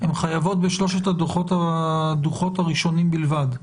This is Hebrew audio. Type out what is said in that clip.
הן חייבות בשלושת הדוחות הראשונים בלבד.